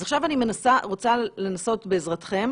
אז עכשיו אני רוצה לנסות בעזרתכם,